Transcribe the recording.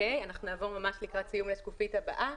אנחנו נעבור לקראת סיום לשקופית הבאה.